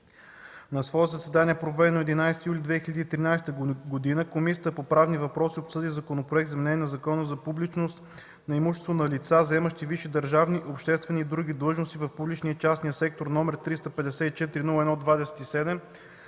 На свое заседание, проведено на 11 юли 2013 г., Комисията по правни въпроси обсъди Законопроект за изменение на Закона за публичност на имуществото на лица, заемащи висши държавни, обществени и други длъжности в публичния и частния сектор, № 354-01-27,